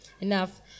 enough